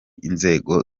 inzego